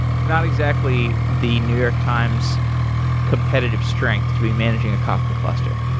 it's not exactly the new york times competitive strength to be managing a kafka cluster.